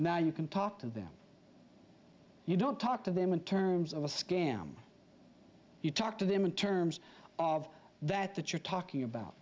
now you can talk to them you don't talk to them in terms of a scam you talk to them in terms of that that you're talking about